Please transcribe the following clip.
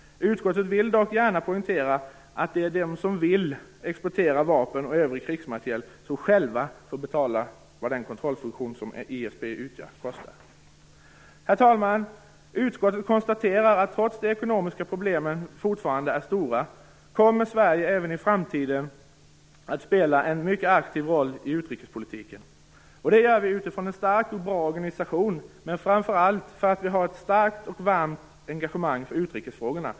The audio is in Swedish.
Utskottet vill dock gärna poängtera att det är de som vill exportera vapen och övrig krigsmateriel som själva får betala för vad den kontrollfunktion som ISP utgör kostar. Herr talman! Utskottet konstaterar att trots att de ekonomiska problemen fortfarande är stora kommer Sverige även i framtiden att spela en mycket aktiv roll i utrikespolitiken. Och det gör vi utifrån en stark och bra organisation, men framför allt för att vi har ett starkt och varmt engagemang för utrikesfrågorna.